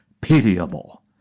pitiable